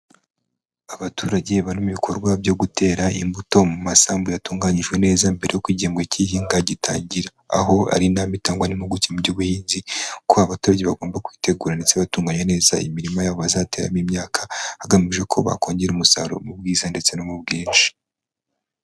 Abaturage bamo ibikorwa byo gutera imbuto mu masambu yatunganyijwe neza mbere yuko igihem cy'ihinga gitangira, aho ari inama itangangwa n'impuguke mu by'ubuhinzi ko abaturage bagomba kwitegura ndetse bagatunganya neza imirima yabo bazateramo imyaka, hagamijwe ko bakongera umusaruro mu bwiza ndetse no mu bwinshi.